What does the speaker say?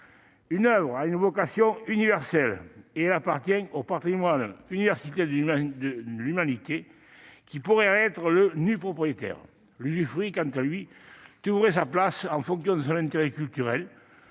Une oeuvre a une vocation universelle et elle appartient au patrimoine universel de l'humanité, qui pourrait en être le nu-propriétaire. L'usufruit, quant à lui, trouverait sa place en fonction de son intérêt culturel,